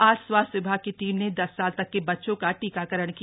आज स्वास्थ्य विभाग की टीम ने दस साल तक के बच्चों का टीकाकरण किया